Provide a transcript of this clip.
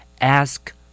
Ask